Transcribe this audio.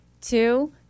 two